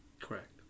Correct